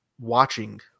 watching